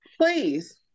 Please